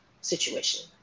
situation